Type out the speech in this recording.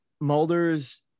Mulder's